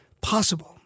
possible